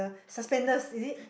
suspenders is it